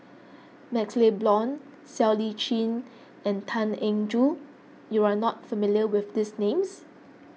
MaxLe Blond Siow Lee Chin and Tan Eng Joo you are not familiar with these names